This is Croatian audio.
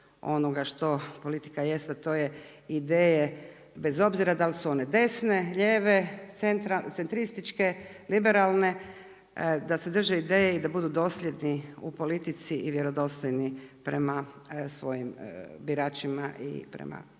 ono što politika jest ideje, bez obzira dal' su one desne, lijeve, centrističke, liberalne, da se drže ideje i da budu dosljedni u politici i vjerodostojni prema svojim biračima i prema građanima.